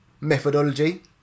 methodology